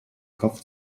kopf